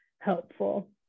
helpful